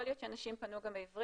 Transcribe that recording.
יכול להיות שהנשים פנו גם בעברית.